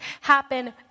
happen